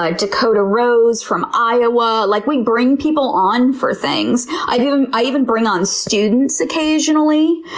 ah dakotah rose from iowa. like we bring people on for things. i even i even bring on students occasionally,